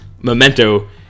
Memento